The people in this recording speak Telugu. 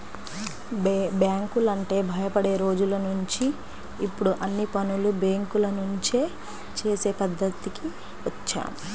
బ్యాంకులంటే భయపడే రోజులనుంచి ఇప్పుడు అన్ని పనులు బ్యేంకుల నుంచే చేసే పరిస్థితికి వచ్చాం